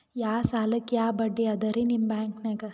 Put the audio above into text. ಯಾ ಸಾಲಕ್ಕ ಯಾ ಬಡ್ಡಿ ಅದರಿ ನಿಮ್ಮ ಬ್ಯಾಂಕನಾಗ?